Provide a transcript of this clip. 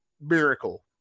miracle